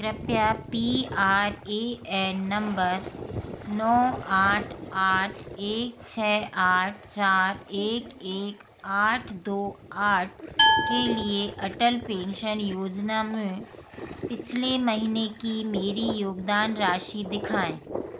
कृपया P R A N number नौ आठ आठ एक छः आठ चार एक एक आठ दो आठ के लिए अटल पेन्शन योजना में पिछले महीने की मेरी योगदान राशि दिखाएँ